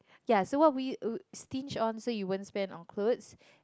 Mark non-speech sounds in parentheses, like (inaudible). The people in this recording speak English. ya so what will you (noise) stinge on so you won't spend on clothes